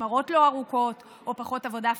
משמרות לא ארוכות או פחות עבודה פיזית.